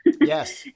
Yes